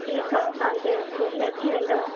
ठीकु आहे तव्हांजे रूम में अची वेंदव